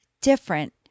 different